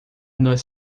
nos